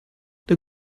they